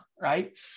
right